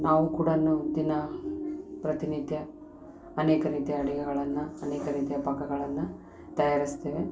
ನಾವು ಕೂಡ ದಿನಾ ಪ್ರತಿನಿತ್ಯ ಅನೇಕ ರೀತಿಯ ಅಡುಗೆಗಳನ್ನ ಅನೇಕ ರೀತಿಯ ಪಾಕಗಳನ್ನು ತಯಾರಿಸ್ತೇವೆ